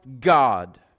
God